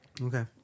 Okay